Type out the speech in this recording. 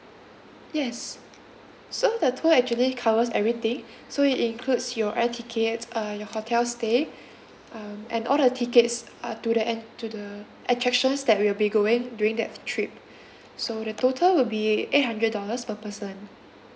yes so the tour actually covers everything so it includes your air tickets uh your hotel stay um and all the tickets uh to the end to the attractions that we will be going during that trip so the total will be eight hundred dollars per person